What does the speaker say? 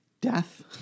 death